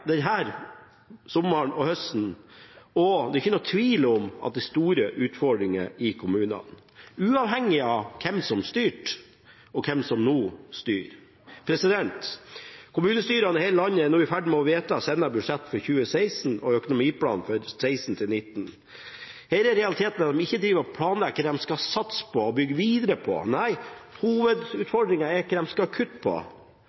sommeren og høsten, og det er ikke noen tvil om at det er store utfordringer i kommunene, uavhengig av hvem som styrer og har styrt. Kommunestyrene i hele landet er nå i ferd med å vedta sine budsjetter for 2016 og økonomiplan for 2016–2019. Her er realiteten at man ikke holder på med planlegging av hva man skal satse på og bygge videre på. Nei, hovedutfordringen er hvor man skal